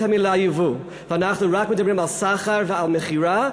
המילה "ייבוא" ואנחנו מדברים רק על סחר ומכירה,